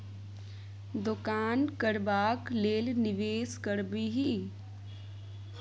दोकान करबाक लेल निवेश करबिही